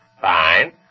Fine